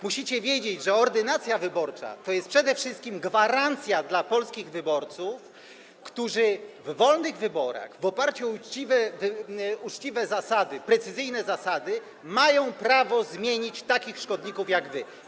Musicie wiedzieć, że ordynacja wyborcza to jest przede wszystkim gwarancja dla polskich wyborców, którzy w wolnych wyborach w oparciu o uczciwe zasady, precyzyjne zasady mają prawo zmienić takich szkodników jak wy.